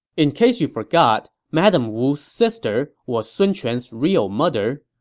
in case you forgot, madame wu's sister was sun quan's real mother.